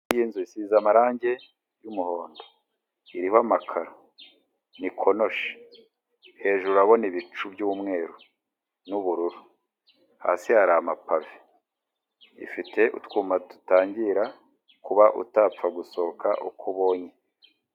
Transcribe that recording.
Iyi nzu isize amarangi y'umuhondo, irimo amakaro, ni konoshi, hejuru urabona ibicu by'umweru n'ubururu, hasi hari amapave ifite utwuma dutangira kuba utapfa gusohoka uko ubonye.